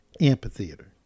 Amphitheater